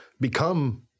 become